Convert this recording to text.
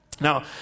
Now